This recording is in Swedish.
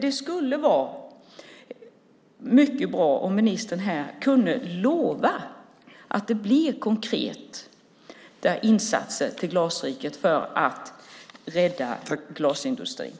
Det skulle därför vara mycket bra om ministern här kunde lova att det blir konkreta insatser till Glasriket för att rädda glasindustrin.